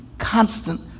constant